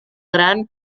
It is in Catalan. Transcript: gran